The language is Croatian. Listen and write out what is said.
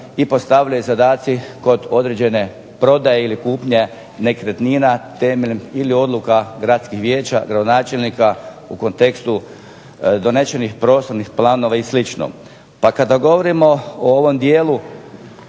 i postavljaju zadaci kod određene prodaje ili kupnje nekretnina temeljem ili odluka gradskih vijeća, gradonačelnika u kontekstu donesenih prostornih planova i slično. Pa kada govorimo o ovom dijelu